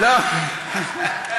גדול, יוסי.